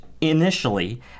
initially